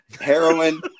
Heroin